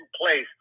place